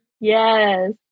Yes